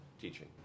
teaching